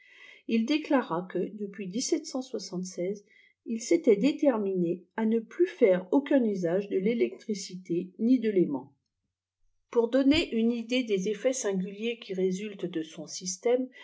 il déclara que depuis il s'était défermittà lië luè faire aucun usage de l'électricité ni de l'aimant pour donner une idée â éffétd singuliers qui résultent de son système